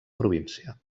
província